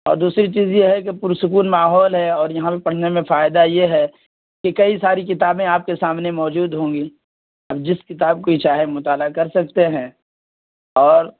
اور دوسری چیز یہ ہے کہ پرسکون ماحول ہے اور یہاں پہ پڑھنے میں فائدہ یہ ہے کہ کئی ساری کتابیں آپ کے سامنے موجود ہوں گی آپ جس کتاب کی چاہے مطالعہ کر سکتے ہیں اور